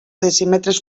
decímetres